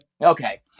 Okay